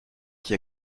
qui